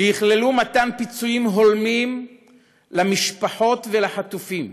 שיכללו מתן פיצויים הולמים למשפחות ולחטופים.